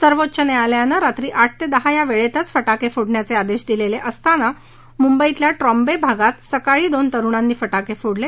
सर्वोच्च न्यायालयानं रात्री आठ ते दहा या वेळेतच फटाके फोडण्याचे आदेश दिलेले असताना मुंबईतल्या ट्रॉम्बे भागात सकाळी अभ्यंगस्नानाच्यावेळी दोन तरुणांनी फटाके फोडले